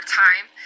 time